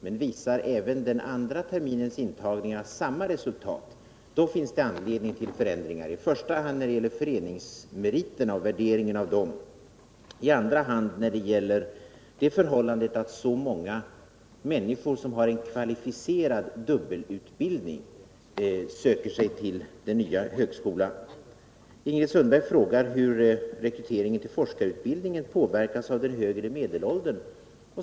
Men visar även den andra terminens intagningar samma resultat, då finns det anledning till förändringar — i första hand när det gäller föreningsmeriterna och värderingen av dem, i andra hand när det gäller det förhållandet att så många människor som har kvalificerad dubbelutbildning söker sig till den nya högskolan. Ingrid Sundberg frågar hur rekryteringen till forskarutbildningen påverkas av den högre medelåldern.